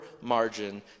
margin